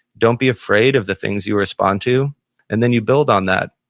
don't be afraid of the things you respond to and then you build on that.